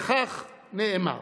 וכך נאמר: